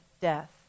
death